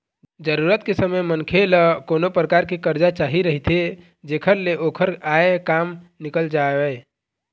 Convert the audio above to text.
जरूरत के समे मनखे ल कोनो परकार के करजा चाही रहिथे जेखर ले ओखर आय काम निकल जावय